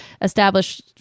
establish